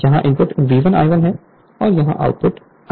यहाँ input V1 I1 है और यहाँ आउटपुट I2 है